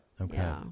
Okay